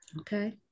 Okay